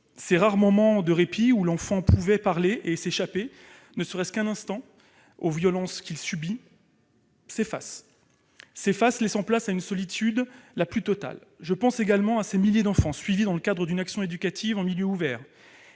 Ces rares moments de répit, où l'enfant peut parler et échapper, ne serait-ce qu'un instant, aux violences qu'il subit, s'effacent, laissant place à la solitude la plus totale. Je pense également à ces milliers d'enfants suivis dans le cadre d'une action éducative en milieu ouvert